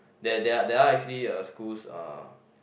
there there're there're actually uh schools uh